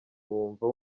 wumva